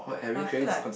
but I feel like